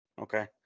okay